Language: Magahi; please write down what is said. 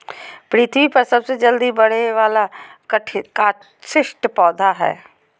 पृथ्वी पर सबसे जल्दी बढ़े वाला काष्ठिय पौधा हइ